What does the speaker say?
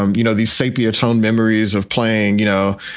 um you know, these sepia-toned memories of playing, you know,